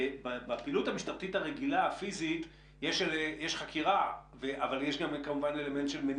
בפעילות המשטרתית הרגילה יש חקירה ומניעה.